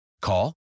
Call